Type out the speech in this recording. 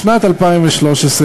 בשנת 2013,